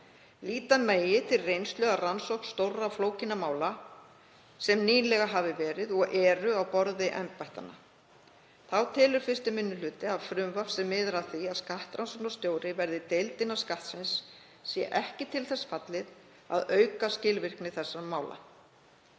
Líta megi til reynslu af rannsókn stórra flókinna mála sem nýlega hafa verið og eru á borði embættanna. Þá telur 1. minni hluti að frumvarp sem miðar að því að skattrannsóknarstjóri verði deild innan Skattsins sé ekki til þess fallið að auka skilvirkni þessara mála.